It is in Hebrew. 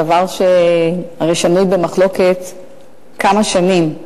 זה הרי דבר שנוי במחלוקת כמה שנים.